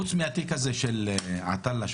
חוץ מהתיק הזה של עטאללה,